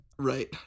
Right